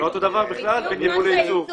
זה לא אותו דבר בכלל בין ייבוא לייצור.